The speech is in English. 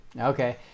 Okay